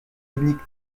dominique